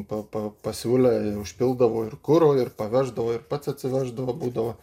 pa pa pasiūlė i užpildavo ir kuro ir paveždavo ir pats atsiveždavo būdavo